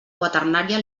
quaternària